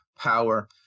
power